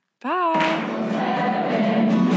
Bye